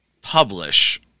publish